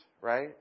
right